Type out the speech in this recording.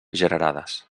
generades